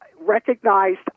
recognized